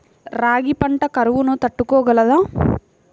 రాగి పంట కరువును తట్టుకోగలదా?